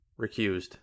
recused